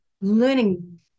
learning